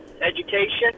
education